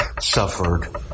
suffered